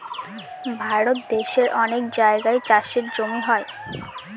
ভারত দেশের অনেক জায়গায় চাষের জমি হয়